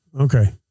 Okay